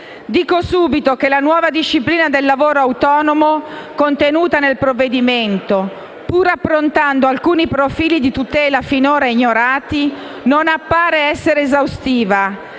Dico subito che la nuova disciplina del lavoro autonomo contenuta nel provvedimento, pur approntando alcuni profili di tutela finora ignorati, non appare essere esaustiva,